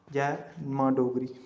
जै मां डोगरी